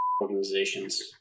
organizations